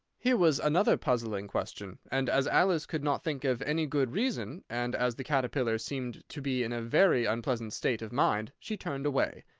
here was another puzzling question and as alice could not think of any good reason, and as the caterpillar seemed to be in a very unpleasant state of mind, she turned away.